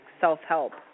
self-help